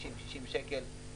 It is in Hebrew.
60 שקל.